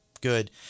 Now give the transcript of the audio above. good